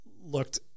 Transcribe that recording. looked